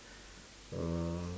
uh